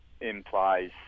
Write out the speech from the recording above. implies